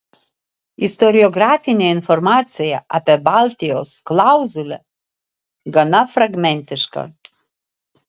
istoriografinė informacija apie baltijos klauzulę gana fragmentiška